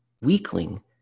weakling